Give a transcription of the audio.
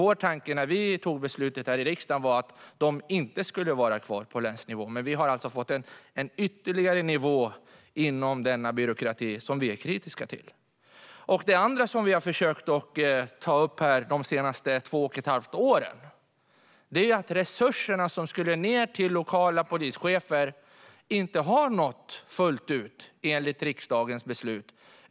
Vår tanke när vi fattade beslutet här i riksdagen var att de inte skulle vara kvar på länsnivå, men vi har alltså fått en ytterligare nivå inom denna byråkrati som vi är kritiska till. Det andra som vi har försökt att ta upp här under de senaste två och ett halvt åren är att resurserna som skulle ned till lokala polischefer inte har nått fram fullt ut på det sätt som skulle ske enligt riksdagens beslut.